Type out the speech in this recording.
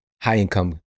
high-income